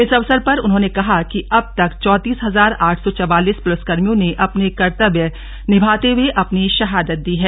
इस अवसर पर उन्होंने कहा कि अब तक चौंतीस हजार आठ सौ चवालीस पुलिसकर्मियों ने अपने कर्तव्य निभाते हुए अपनी शहादत दी है